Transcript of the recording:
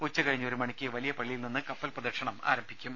ഉച്ച കഴിഞ്ഞ് ഒരു മണിക്ക് വലിയ പള്ളിയിൽ നിന്ന് കപ്പൽ പ്രദക്ഷിണം ആരംഭിക്കും